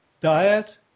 diet